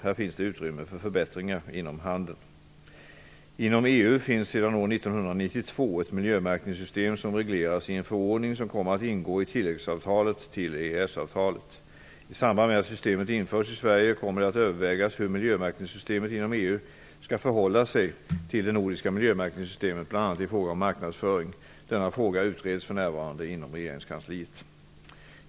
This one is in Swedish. Här finns det utrymme för förbättringar inom handeln. Inom EU finns sedan år 1992 ett miljömärkningssystem som regleras i en förordning, som kommer att ingå i tilläggsavtalet till EES-avtalet. I samband med att systemet införs i Sverige kommer det att övervägas hur miljömärkningssystemet inom EU skall förhålla sig till det nordiska miljömärkningssystemet bl.a. i fråga om marknadsföring. Denna fråga utreds för närvarande inom regeringskansliet.